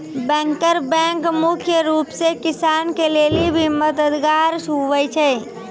banker bank मुख्य रूप से किसान के लेली भी मददगार हुवै छै